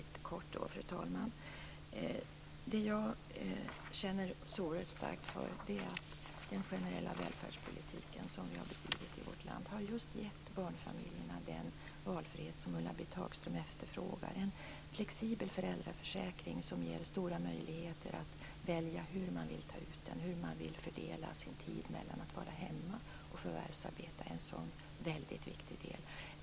Fru talman! Det som jag känner oerhört starkt för är den generella välfärdspolitiken som vi har bedrivit i vårt land. Den har gett barnfamiljerna just den valfrihet som Ulla-Britt Hagström efterfrågade. Vi har en flexibel föräldraförsäkring som ger stora möjligheter för föräldrarna att välja hur de vill ta ut den, hur de vill fördela sin tid mellan att vara hemma och att förvärvsarbeta. Det är en mycket viktig del.